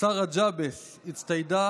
אסראא ג'עבס הצטיידה